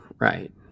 Right